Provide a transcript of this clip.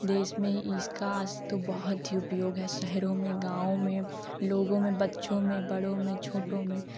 देश में इसका अस्त बहुत ही उपयोग है शहरों में गाँव में लोगों में बच्चों में बड़ों में छोटों में